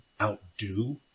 outdo